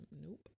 Nope